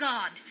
God